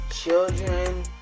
children